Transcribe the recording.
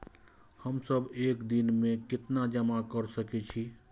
हम सब एक दिन में केतना जमा कर सके छी?